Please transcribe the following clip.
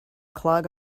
clog